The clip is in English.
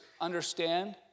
understand